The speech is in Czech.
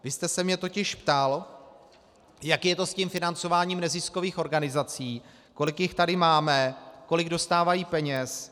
Vy jste se mě totiž ptal, jak je to s tím financováním neziskových organizací, kolik jich tady máme, kolik dostávají peněz.